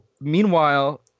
Meanwhile